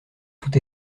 tout